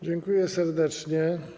Dziękuję serdecznie.